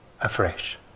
afresh